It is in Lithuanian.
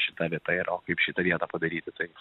šita vieta yra kaip šitą vietą padaryti taip